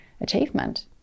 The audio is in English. achievement